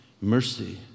mercy